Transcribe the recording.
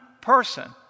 person